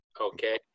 Okay